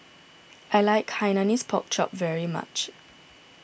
I like Hainanese Pork Chop very much